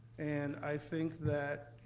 and i think that,